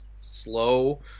slow